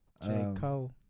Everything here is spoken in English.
J-Cole